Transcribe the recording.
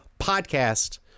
podcast